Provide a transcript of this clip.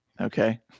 okay